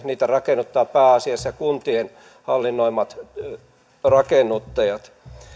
niitä rakennuttavat pääasiassa kuntien hallinnoimat rakennuttajat